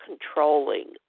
controlling